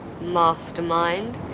mastermind